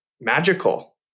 magical